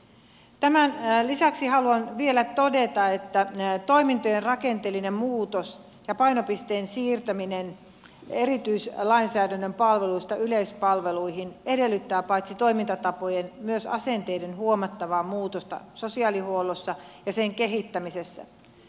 tämän lisäksi haluan vielä todeta että toimintojen rakenteellinen muutos ja painopisteen siirtäminen erityislainsäädännön palveluista yleispalveluihin edellyttää paitsi toimintatapojen myös asenteiden huomattavaa muutosta sosiaalihuollossa ja sen kehittämisessä